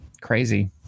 Crazy